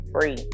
free